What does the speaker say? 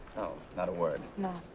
no, not a word. no.